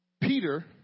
Peter